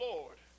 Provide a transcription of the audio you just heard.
Lord